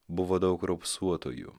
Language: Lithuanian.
buvo daug raupsuotųjų